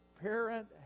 parent